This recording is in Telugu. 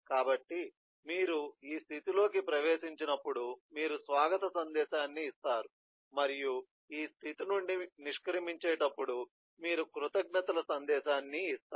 కాబట్టి మీరు ఈ స్థితి లోకి ప్రవేశించేటప్పుడు మీరు స్వాగత సందేశాన్ని ఇస్తారు మరియు మీరు ఈ స్థితి నుండి నిష్క్రమించేటప్పుడు మీరు కృతజ్ఞతల సందేశాన్ని ఇస్తారు